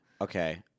Okay